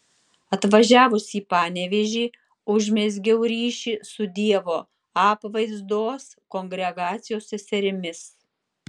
atvažiavusi į panevėžį užmezgiau ryšį su dievo apvaizdos kongregacijos seserimis